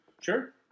Sure